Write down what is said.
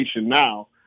now